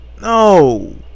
No